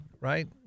right